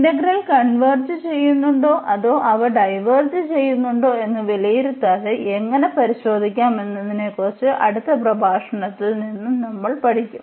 integral converge ചെയ്യുന്നുണ്ടോ അതോ അവ ഡൈവേർജ് ചെയ്യുന്നുണ്ടോ എന്ന് വിലയിരുത്താതെ എങ്ങനെ പരിശോധിക്കാം എന്നതിനെക്കുറിച്ച് അടുത്ത പ്രഭാഷണങ്ങളിൽ നിന്ന് നമ്മൾ പഠിക്കും